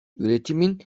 üretimin